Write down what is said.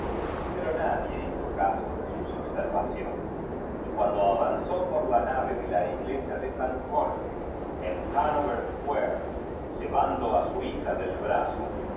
pero nadie hizo caso de sus observaciones y cuando avanzó por la nave de la iglesia de sun jorge en hanover square llevando u su hijo del brazo